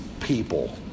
people